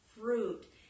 fruit